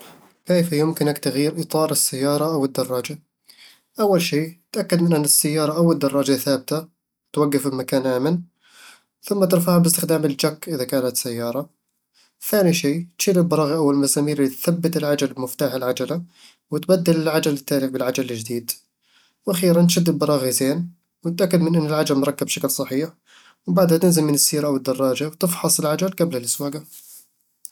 كيف يمكنك تغيير إطار السيارة أو الدراجة؟ أول شي، تأكد من أن السيارة أو الدراجة ثابتة وتوقف في مكان آمن، ثم ترفعها باستخدام الجاك إذا كانت سيارة. ثاني شي، تشيل البراغي أو المسامير اللي تثبت العجل بمفتاح العجلة، وتبدل العجل التالف بالعجل الجديد. وأخيراً، تشد البراغي زين، وتأكد من أن العجل مركب بشكل صحيح، وبعدها تنزل السيارة أو الدراجة وتفحص العجل قبل السواقة.